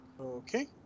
Okay